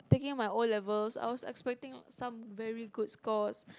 taking my O-levels I was expecting some very good scores